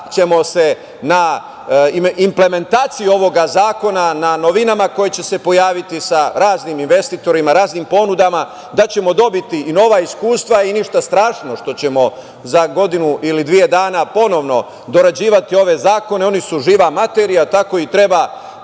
ćemo se na implementaciji ovog zakona, na novinama koje će se pojaviti sa raznim investitorima, raznim ponudama, da ćemo dobiti i nova iskustva. To nije ništa strašno, što ćemo za godinu ili dve dana ponovo dorađivati ove zakone, oni su živa materija i tako i treba